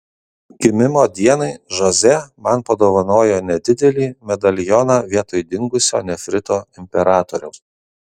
gimimo dienai žoze man padovanojo nedidelį medalioną vietoj dingusio nefrito imperatoriaus